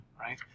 right